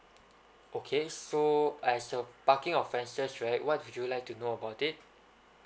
okay so as your parking offences right what would you like to know about it